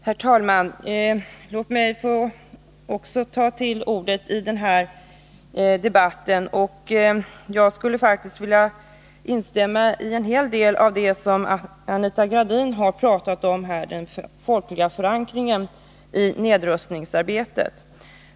Herr talman! Låt mig också ta till orda i den här debatten. Jag skulle vilja instämma i en hel del av det som Anita Gradin har sagt om den folkliga förankringen av nedrustningsarbetet.